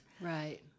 Right